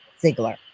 Ziegler